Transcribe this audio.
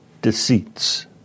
deceits